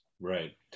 right